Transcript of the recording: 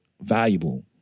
valuable